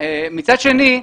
מצד שני,